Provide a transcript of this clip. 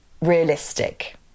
realistic